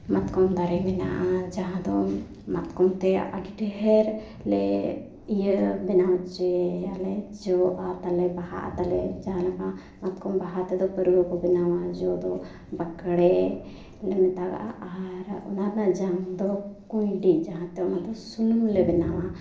ᱢᱟᱛᱚᱠᱚᱢ ᱫᱟᱨᱮ ᱢᱮᱱᱟᱜᱼᱟ ᱡᱟᱦᱟᱸᱫᱚ ᱢᱟᱛᱠᱚᱢᱛᱮ ᱟᱹᱰᱤ ᱰᱷᱮᱨᱞᱮ ᱤᱭᱟᱹ ᱵᱮᱱᱟᱣ ᱚᱪᱚᱭᱟᱞᱮ ᱡᱚᱼᱟ ᱛᱟᱞᱮ ᱵᱟᱦᱟᱼᱟ ᱛᱟᱞᱮ ᱡᱟᱦᱟᱸᱞᱮᱠᱟ ᱢᱟᱛᱠᱚᱢ ᱵᱟᱦᱟ ᱛᱮᱫᱚ ᱯᱟᱹᱣᱨᱟᱹᱠᱚ ᱵᱮᱱᱟᱣᱟ ᱡᱚ ᱫᱚ ᱵᱟᱠᱲᱮ ᱞᱮ ᱢᱮᱛᱟᱜᱼᱟ ᱟᱨ ᱚᱱᱟ ᱨᱮᱱᱟᱜ ᱡᱟᱝ ᱫᱚ ᱠᱩᱸᱭᱰᱤ ᱡᱟᱦᱟᱸᱛᱮ ᱚᱱᱟᱫᱚ ᱥᱩᱱᱩᱢᱞᱮ ᱵᱮᱱᱟᱣᱟ